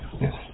Yes